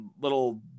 little